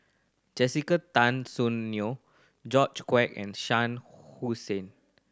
Jessica Tan Soon Neo George Quek and Shah Hussain